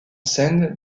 scène